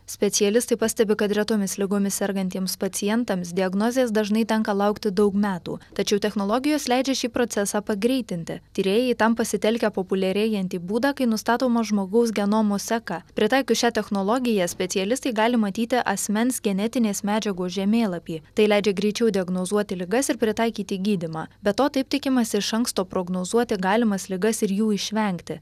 specialistai pastebi kad retomis ligomis sergantiems pacientams diagnozės dažnai tenka laukti daug metų tačiau technologijos leidžia šį procesą pagreitinti tyrėjai tam pasitelkia populiarėjantį būdą kai nustatoma žmogaus genomo seka pritaikius šią technologiją specialistai gali matyti asmens genetinės medžiagos žemėlapį tai leidžia greičiau diagnozuoti ligas ir pritaikyti gydymą be to taip tikimasi iš anksto prognozuoti galimas ligas ir jų išvengti